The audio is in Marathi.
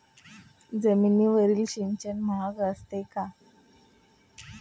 जमिनीवरील सिंचन महाग असते का?